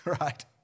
right